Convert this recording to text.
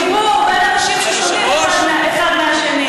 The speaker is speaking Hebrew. חיבור בין אנשים ששונים אחד מהשני,